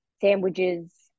sandwiches